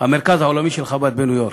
המרכז העולמי של חב"ד בניו-יורק.